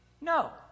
no